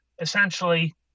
essentially